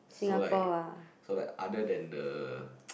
so like so like other than the